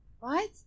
Right